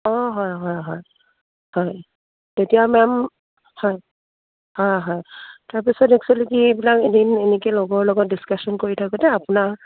অঁ হয় হয় হয় হয় তেতিয়া মেম হয় হয় হয় তাৰপিছত এক্সুৱেলি কি এইবিলাক এদিন এনেকৈ লগৰ লগত ডিছকাচন কৰি থাকোতে আপোনাৰ